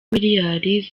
miliyari